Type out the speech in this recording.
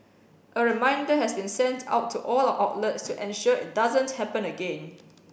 a reminder has been sent out to all our outlets to ensure it doesn't happen again